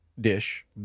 dish